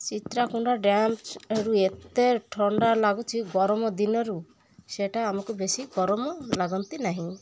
ଚିତ୍ରାକୁଣ୍ଡା ଡ୍ୟାମ୍ରୁ ଏତେ ଥଣ୍ଡା ଲାଗୁଛିି ଗରମ ଦିନରୁ ସେଇଟା ଆମକୁ ବେଶୀ ଗରମ ଲାଗନ୍ତି ନାହିଁ